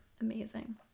Amazing